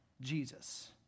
Jesus